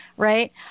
Right